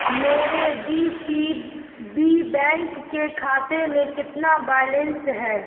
میرے D C B bank کے کھاتے میں کتنا بیلنس ہے